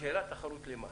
השאלה תחרות למה.